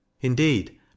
Indeed